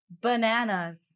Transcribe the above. Bananas